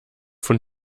von